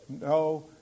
No